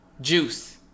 Juice